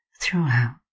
throughout